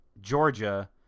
Georgia